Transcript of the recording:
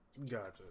gotcha